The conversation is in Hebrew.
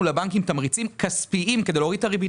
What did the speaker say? לבנקים תמריצים כספיים כדי להוריד את הריבית,